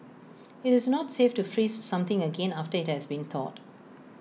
IT is not safe to freeze something again after IT has been thawed